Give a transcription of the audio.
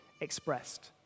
expressed